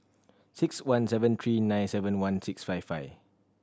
six one seven three nine seven one six five five